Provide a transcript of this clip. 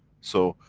so,